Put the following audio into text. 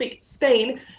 Spain